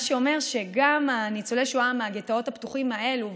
מה שאומר שגם ניצולי השואה מהגטאות הפתוחים האלה,